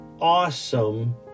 awesome